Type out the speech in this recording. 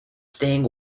staying